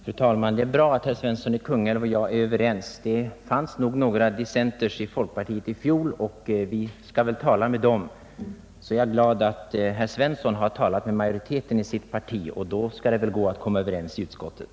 Fru talman! Det är bra att herr Svensson i Kungälv och jag är överens. Det fanns nog några dissenters i folkpartiet i fjol och vi skall väl tala med dem. Jag är glad om herr Svensson lyckas övertyga majoriteten i sitt parti — då skall det nog gå att komma överens i utskottet.